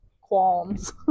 qualms